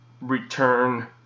return